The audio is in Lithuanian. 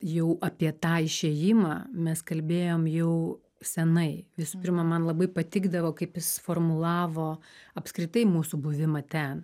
jau apie tą išėjimą mes kalbėjom jau senai visų pirma man labai patikdavo kaip jis suformulavo apskritai mūsų buvimą ten